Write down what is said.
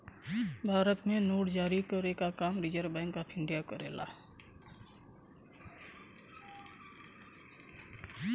भारत में नोट जारी करे क काम रिज़र्व बैंक ऑफ़ इंडिया करेला